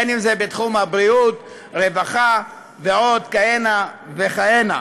בתחום הרווחה ועוד כהנה וכהנה.